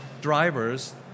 drivers